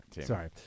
Sorry